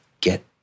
get